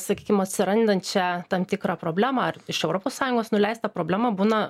sakykim atsirandančią tam tikrą problemą ar iš europos sąjungos nuleistą problemą būna